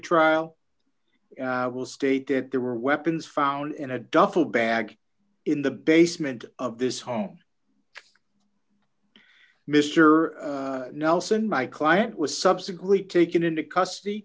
trial will state that there were weapons found in a duffel bag in the basement of this home mr nelson my client was subsequently taken into custody